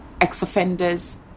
ex-offenders